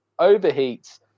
overheats